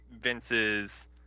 Vince's